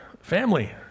Family